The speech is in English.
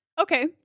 okay